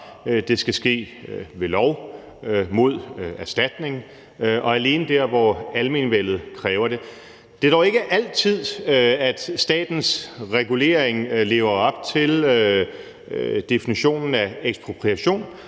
Det skal ske ved lov, mod erstatning og alene der, hvor almenvellet kræver det. Det er dog ikke altid, at statens regulering lever op til definitionen af ekspropriation.